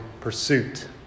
pursuit